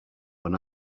when